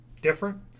different